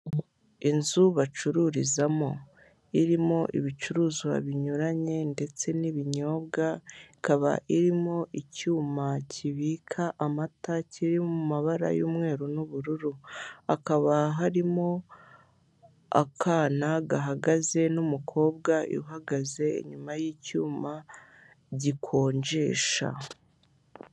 Inzu bacururizamo; irimo ibicuruzwa binyuranye ndetse n'ibinyobwa ikaba irimo icyuma kibika amata kiri mu mabara y'umweru n'ubururu; hakaba harimo akana gahagaze n'umukobwa uhagaze inyuma y'icyuma gikonjesha.